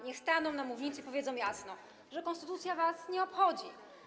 Niech staną na mównicy i powiedzą jasno, że konstytucja ich nie obchodzi.